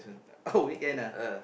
oh weekend ah